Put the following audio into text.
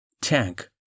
Tank